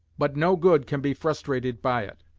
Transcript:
but no good can be frustrated by it.